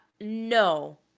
no